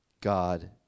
God